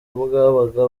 bwabaga